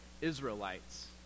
Israelites